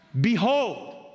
Behold